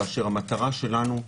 כך שהמטרה שלנו,